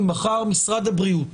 אם מחר משרד הבריאות